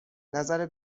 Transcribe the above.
نظر